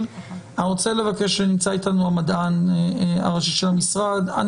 2022. אני רוצה לבקש מהמדען הראשי של המשרד שנמצא איתנו לדבר,